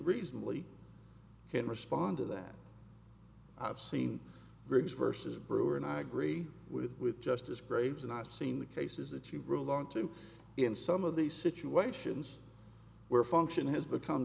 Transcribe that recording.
reasonably can respond to that i've seen griggs versus brewer and i agree with with justice graves and i've seen the cases that you've ruled on to in some of these situations where function has become